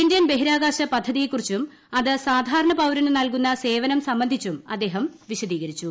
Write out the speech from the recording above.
Indian ബഹിരാകാശ പദ്ധതിയെക്കുറിച്ചും അത് സാധാരണ പൌരന് നൽകുന്ന സേവനം സംബന്ധിച്ചും അദ്ദേഹം വിശദീകരിച്ചു